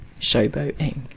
showboating